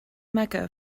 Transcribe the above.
mecca